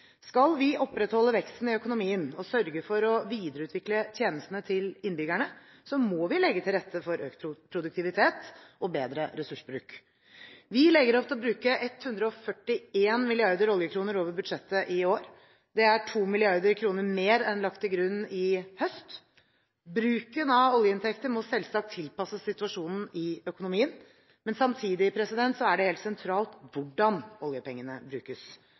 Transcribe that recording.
Skal vi opprettholde veksten i økonomien og sørge for å videreutvikle tjenestene til innbyggerne, må vi legge til rette for økt produktivitet og bedre ressursbruk. Vi legger opp til å bruke 141 milliarder oljekroner over budsjettet i år. Det er 2 mrd. kr mer enn lagt til grunn i høst. Bruken av oljeinntekter må selvsagt tilpasses situasjonen i økonomien, men samtidig er det helt sentralt hvordan oljepengene brukes.